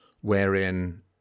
wherein